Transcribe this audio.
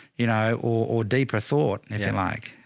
you know, or, or deeper thought if you like.